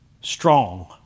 strong